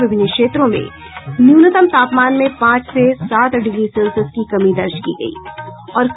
विभिन्न क्षेत्रों में न्यूनतम तापमान में पांच से सात डिग्री सेल्सियस की कमी दर्ज की गयी है